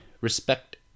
respect